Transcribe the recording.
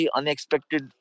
unexpected